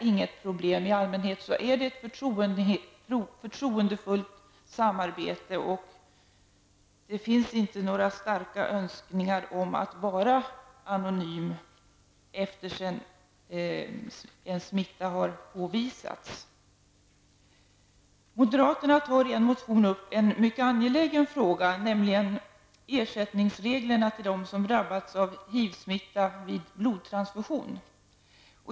I allmänhet har man ett förtroendefullt samarbete. Det finns inte några starka önskemål om att vara anonym efter det att smitta har påvisats. Moderaterna tar i en motion upp en angelägen fråga, nämligen reglerna om ersättning till dem som drabbats av HIV-smitta via blodtransfusion.